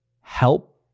help